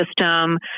system